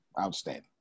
outstanding